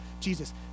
Jesus